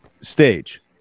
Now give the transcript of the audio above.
stage